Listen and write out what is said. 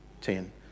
ten